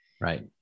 Right